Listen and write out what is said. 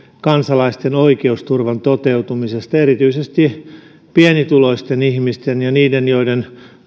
kansalaisten oikeusturvan toteutumisesta erityisesti pienituloisten ihmisten ja niiden joiden